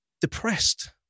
depressed